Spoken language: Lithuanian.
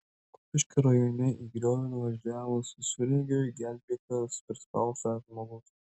kupiškio rajone į griovį nuvažiavus visureigiui gelbėtas prispaustas žmogus